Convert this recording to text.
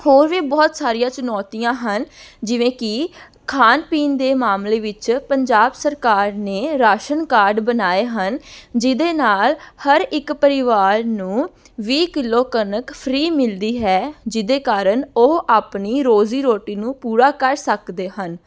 ਹੋਰ ਵੀ ਬਹੁਤ ਸਾਰੀਆਂ ਚੁਣੌਤੀਆਂ ਹਨ ਜਿਵੇਂ ਕਿ ਖਾਣ ਪੀਣ ਦੇ ਮਾਮਲੇ ਵਿੱਚ ਪੰਜਾਬ ਸਰਕਾਰ ਨੇ ਰਾਸ਼ਨ ਕਾਰਡ ਬਣਾਏ ਹਨ ਜਿਹਦੇ ਨਾਲ ਹਰ ਇੱਕ ਪਰਿਵਾਰ ਨੂੰ ਵੀਹ ਕਿਲੋ ਕਣਕ ਫਰੀ ਮਿਲਦੀ ਹੈ ਜਿਹਦੇ ਕਾਰਣ ਉਹ ਆਪਣੀ ਰੋਜ਼ੀ ਰੋਟੀ ਨੂੰ ਪੂਰਾ ਕਰ ਸਕਦੇ ਹਨ